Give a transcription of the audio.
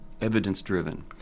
evidence-driven